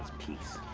peace?